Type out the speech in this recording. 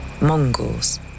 Mongols